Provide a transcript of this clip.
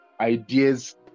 ideas